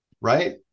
right